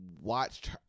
watched